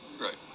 Right